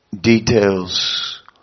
details